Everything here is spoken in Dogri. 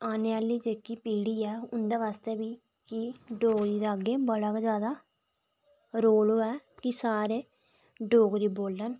औने आह्ली जेह्की पीढ़ी ऐ उं'दे आस्तै बी डोगरी दा अग्गें बड़ा जैदा रोल होऐ कि सारे डोगरी बोलन